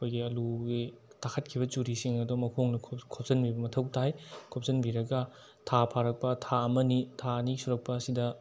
ꯑꯩꯈꯣꯏꯒꯤ ꯑꯩꯂꯨꯒꯤ ꯇꯥꯈꯠꯈꯤꯕ ꯆꯨꯔꯤꯁꯤꯡ ꯑꯗꯣ ꯃꯈꯣꯡꯗ ꯈꯣꯆꯟꯕꯤꯕ ꯃꯊꯧ ꯇꯥꯏ ꯈꯣꯆꯟꯕꯤꯔꯒ ꯊꯥ ꯐꯥꯔꯛꯄ ꯊꯥ ꯑꯃ ꯑꯅꯤ ꯊꯥ ꯑꯅꯤ ꯁꯨꯔꯛꯄ ꯑꯁꯤꯗ